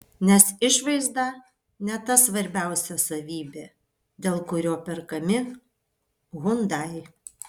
nes išvaizda ne ta svarbiausia savybė dėl kurio perkami hyundai